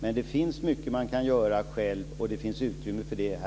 Det finns alltså mycket som man kan göra själv och för det finns det utrymme här.